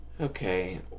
Okay